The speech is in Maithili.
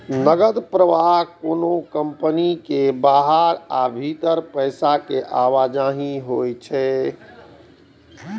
नकद प्रवाह कोनो कंपनी के बाहर आ भीतर पैसा के आवाजही होइ छै